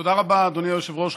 תודה רבה, אדוני היושב-ראש.